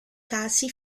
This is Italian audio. casi